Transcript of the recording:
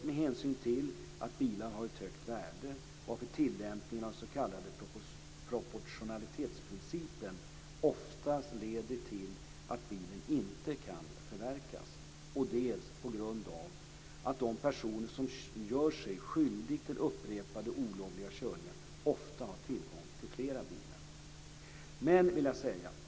Det beror dels på att bilar har ett relativt högt värde varför tillämpningen av den s.k. proportionalitetsprincipen oftast leder till att bilen inte kan förverkas, dels på att de personer som gör sig skyldiga till upprepade olovliga körningar ofta har tillgång till flera bilar.